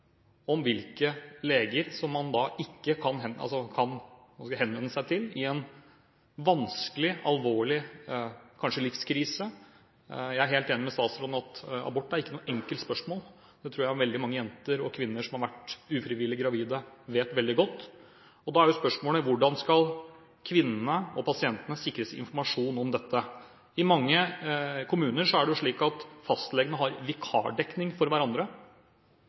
om hvilke leger som man ikke kan henvende seg til i en vanskelig, alvorlig livskrise, kanskje. Jeg er helt enig med statsråden i at abort er ikke noe enkelt spørsmål. Det tror jeg veldig mange jenter og kvinner som har vært ufrivillig gravide, vet veldig godt. Da er spørsmålet: Hvordan skal kvinnene og pasientene sikres informasjon om dette? I mange kommuner er det slik at fastlegene har vikardekning for hverandre.